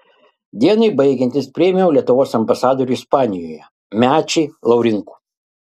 dienai baigiantis priėmiau lietuvos ambasadorių ispanijoje mečį laurinkų